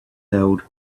held